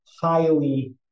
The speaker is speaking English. highly